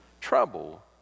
trouble